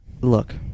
Look